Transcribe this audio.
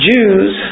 Jews